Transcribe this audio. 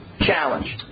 challenge